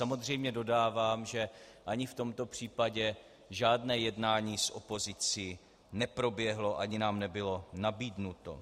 Samozřejmě dodávám, že ani v tomto případě žádné jednání s opozicí neproběhlo ani nám nebylo nabídnuto.